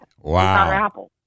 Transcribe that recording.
Wow